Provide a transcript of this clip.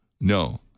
No